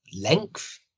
length